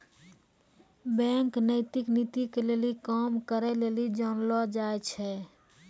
bank नैतिक नीति के लेली काम करै लेली जानलो जाय छै